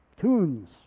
Tunes